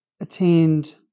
attained